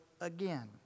again